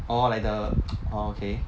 orh like the orh okay